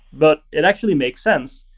but it actually makes sense,